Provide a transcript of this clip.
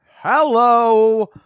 Hello